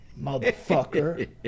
motherfucker